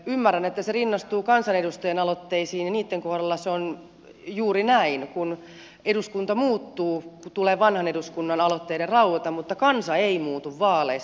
ymmärrän että se rinnastuu kansanedustajan aloitteisiin ja niitten kohdalla se on juuri näin että kun eduskunta muuttuu tulee vanhan eduskunnan aloitteiden raueta mutta kansa ei muutu vaaleissa